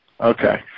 Okay